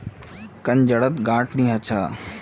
कंद जड़त गांठ नी ह छ